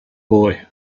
boy